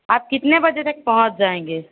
आप कितने बजे तक पहुँच जाएँगे